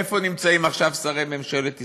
איפה נמצאים עכשיו שרי ממשלת ישראל?